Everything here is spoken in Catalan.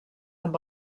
amb